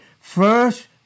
first